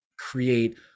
create